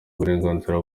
uburenganzira